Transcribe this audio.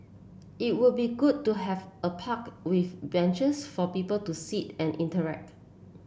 it would be good to have a park with benches for people to sit and interact